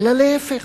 אלא להיפך: